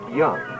young